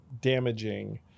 damaging